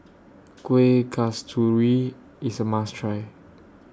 Kuih Kasturi IS A must Try